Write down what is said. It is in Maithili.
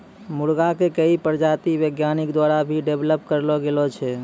मुर्गा के कई प्रजाति वैज्ञानिक द्वारा भी डेवलप करलो गेलो छै